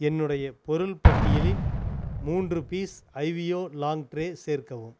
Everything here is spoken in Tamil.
என்னுடைய பொருள் பட்டியலில் மூன்று பீஸ் ஐவியோ லாங் ட்ரே சேர்க்கவும்